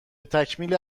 تکمیل